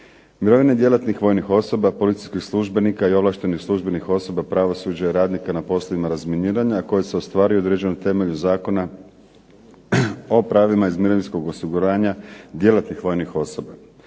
Mirovine djelatnih vojnih osoba, policijskih službenika i ovlaštenih službenih osoba, pravosuđa i radnika na poslovima razminiranja, a koji se ostvaruju i određuju na temelju Zakona o pravima iz mirovinskog osiguranja djelatnih vojnih osoba,